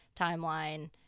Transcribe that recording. timeline